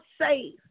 safe